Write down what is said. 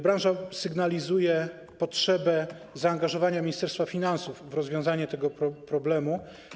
Branża sygnalizuje potrzebę zaangażowania Ministerstwa Finansów w rozwiązanie tego problemu.